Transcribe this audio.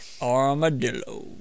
Armadillo